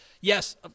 yes